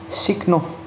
सिक्नु